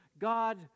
God